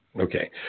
Okay